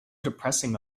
depressing